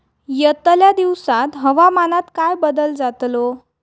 यतल्या दिवसात हवामानात काय बदल जातलो?